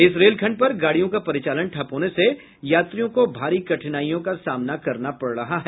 इस रेल खंड पर गाड़ियों का परिचालन ठप होने से यात्रियों को भारी कठिनाइयों का सामना करना पड़ रहा है